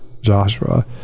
joshua